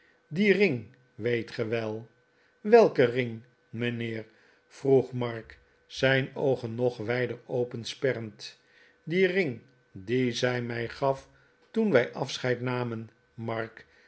dien ring weet ge wel welken ring mijnheer vroeg mark zijn oogen nog wijder opensperrend dien ring dien zij mij gaf toen wij afscheid namen mark